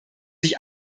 sich